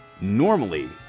Normally